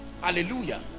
hallelujah